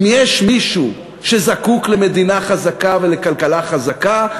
אם יש מישהו שזקוק למדינה חזקה ולכלכלה חזקה,